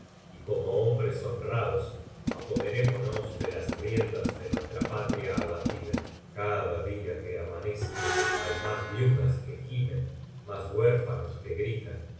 y como hombres honrados apoderémonos de las riendas de nuestra patria abatida cada día que amanece hay más viudas que gimen más huérfanos que gritan